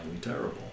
terrible